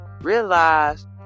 Realize